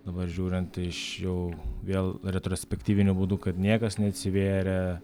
dabar žiūrint iš jau vėl retrospektyviniu būdu kad niekas neatsivėrė